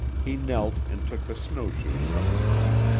he knelt and took the snowshoes from her feet,